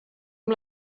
amb